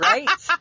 Right